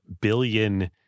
billion